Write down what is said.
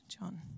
John